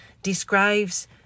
describes